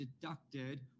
deducted